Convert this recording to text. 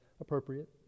appropriate